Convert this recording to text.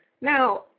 Now